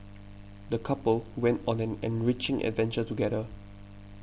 the couple went on an enriching adventure together